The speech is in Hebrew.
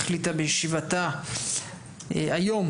החליטה בישיבתה היום,